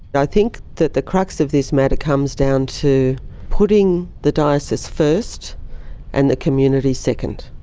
i think that the crux of this matter comes down to putting the diocese first and the community second.